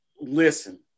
Listen